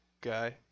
guy